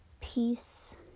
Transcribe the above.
peace